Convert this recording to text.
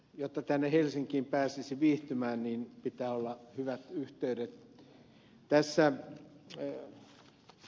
jotta tänne helsinkiin pääsisi viihtymään pitää olla hyvät yhteydet